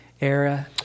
era